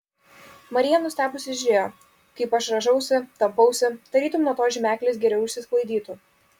marija nustebusi žiūrėjo kaip aš rąžausi tampausi tarytum nuo to žymeklis geriau išsisklaidytų